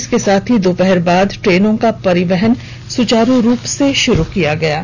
इसके साथ ही दोपहर बाद ट्रेनों का परिचालन सुचारू रूप से शुरू कर दिया गया है